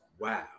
wow